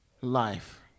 life